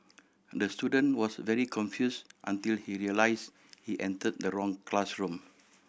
the student was very confused until he realised he entered the wrong classroom